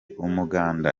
umuganda